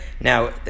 Now